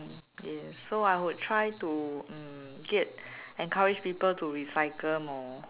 yes so I would try to uh get encourage people to recycle more